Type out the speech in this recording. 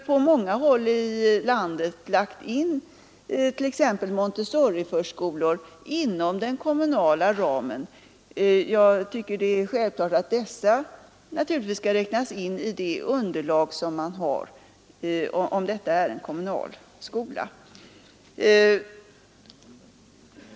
På många håll i landet har man lagt in t.ex. en Montessoriförskola inom den kommunala ramen, och denna bör naturligtvis räknas in i underlaget för den allmänna förskolan.